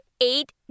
eight